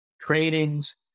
trainings